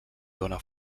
dóna